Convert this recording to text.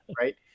right